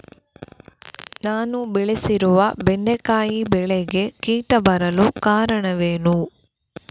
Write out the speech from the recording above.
ನಾನು ಬೆಳೆಸಿರುವ ಬೆಂಡೆಕಾಯಿ ಬೆಳೆಗೆ ಕೀಟ ಬರಲು ಕಾರಣವೇನು?